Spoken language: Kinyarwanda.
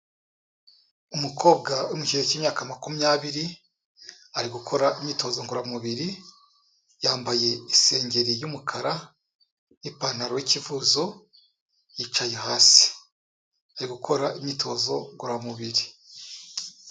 Umukobwa uri mu kigero cy'imyaka makumyabiri ari gukora imyitozo ngororamubiri, yambaye isengeri y'umukara n'ipantaro y'ikivuzo yicaye hasi, ari gukora imyitozo ngororamubiri.